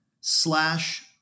slash